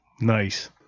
Nice